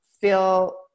feel